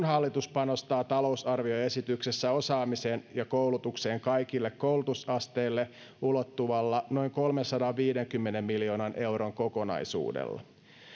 hallitus panostaa talousarvioesityksessä osaamiseen ja koulutukseen kaikille koulutusasteille ulottuvalla noin kolmensadanviidenkymmenen miljoonan euron kokonaisuudella